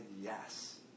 yes